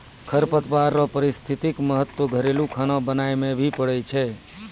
खरपतवार रो पारिस्थितिक महत्व घरेलू खाना बनाय मे भी पड़ै छै